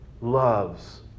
loves